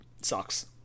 sucks